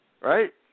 right